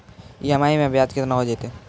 EMI मैं ब्याज केतना हो जयतै?